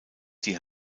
die